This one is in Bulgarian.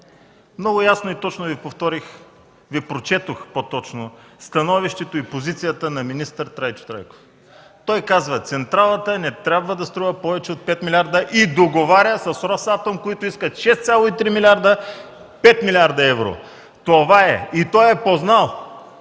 Много ясно и точно Ви прочетох становището и позицията на министър Трайчо Трайков. Той казва: „Централата не трябва да струва повече от 5 милиарда” и договаря с „Росатом”, които искат 6,3 милиарда – 5 млрд. евро. Това е. И той е познал!